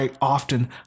often